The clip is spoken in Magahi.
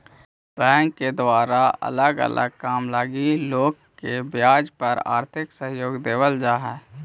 बैंक के द्वारा अलग अलग काम लगी लोग के ब्याज पर आर्थिक सहयोग देवल जा हई